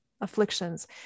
afflictions